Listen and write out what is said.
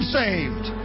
saved